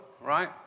right